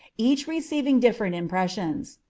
each receiving different impressions,